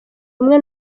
umwe